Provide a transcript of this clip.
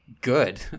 good